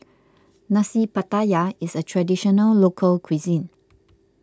Nasi Pattaya is a Traditional Local Cuisine